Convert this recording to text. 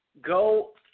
go